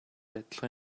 адилхан